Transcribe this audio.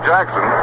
Jackson